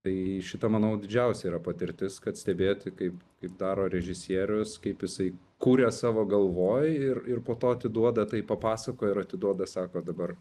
tai šita manau didžiausia yra patirtis kad stebėti kaip kaip daro režisierius kaip jisai kuria savo galvoj ir ir po to atiduoda tai papasakoja ir atiduoda sako dabar